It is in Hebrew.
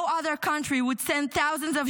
No other country would send thousands of